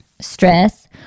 stress